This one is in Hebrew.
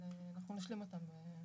אבל אנחנו נשלים אותם.